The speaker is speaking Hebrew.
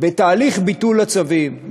בתהליך ביטול הצווים.